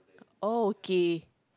oh okay